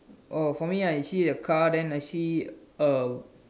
oh for me I see a car then I see a